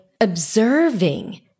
observing